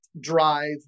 drive